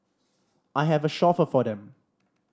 I have a chauffeur for them